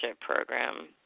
program